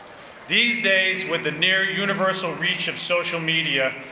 these days with the near universal reach of social media,